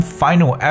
final